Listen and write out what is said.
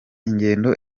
ingendo